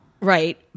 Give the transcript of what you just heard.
Right